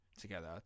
together